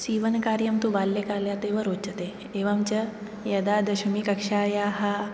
सीवनकार्यं तु बाल्यकालादेव रोचते एवञ्च यदा दशमीकक्षायाः